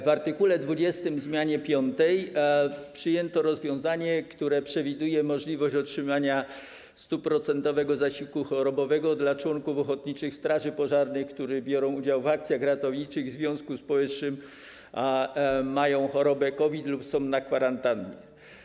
W art. 20 w zmianie piątej przyjęto rozwiązanie, które przewiduje możliwość otrzymania 100-procentowego zasiłku chorobowego dla członków Ochotniczej Straży Pożarnej, którzy biorą udział w akcjach ratowniczych i w związku z powyższym mają chorobę COVID lub są na kwarantannie.